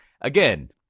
again